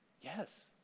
Yes